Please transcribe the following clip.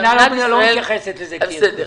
מדינת ישראל לא מתייחסת לטבריה כעיר תיירות.